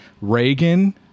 Reagan